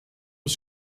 was